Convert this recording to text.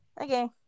Okay